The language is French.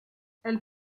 elle